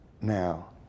now